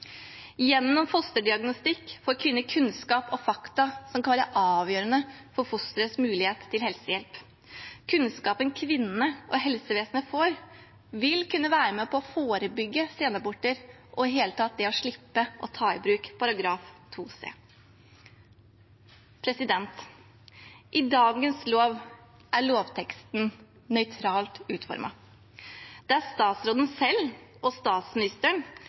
Gjennom fosterdiagnostikk får kvinner kunnskap og fakta som kan være avgjørende for fosterets mulighet til helsehjelp. Kunnskapen kvinnene og helsevesenet får, vil kunne være med på å forebygge senaborter – og i det hele tatt å slippe å ta i bruk § 2 c. I dagens lov er lovteksten nøytralt utformet. Det er statsråden selv og statsministeren